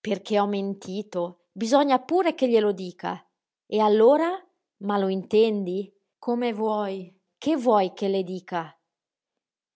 perché ho mentito bisogna pure che glielo dica e allora ma lo intendi come vuoi che vuoi che le dica